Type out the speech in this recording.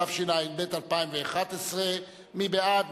התשע"ב 2011. מי בעד?